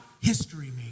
history